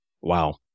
Wow